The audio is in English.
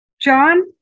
John